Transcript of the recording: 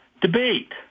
debate